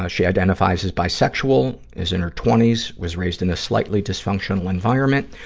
ah she identifies as bisexual, is in her twenty s, was raised in a slightly dysfunctional environment.